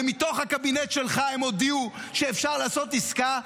ומתוך הקבינט שלך הם הודיעו שאפשר לעשות עסקה,